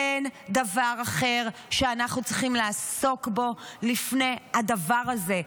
אין דבר אחר שאנחנו צריכים לעסוק בו לפני הדבר הזה.